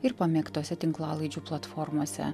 ir pamėgtose tinklalaidžių platformose